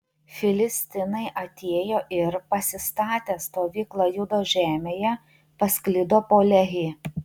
filistinai atėjo ir pasistatę stovyklą judo žemėje pasklido po lehį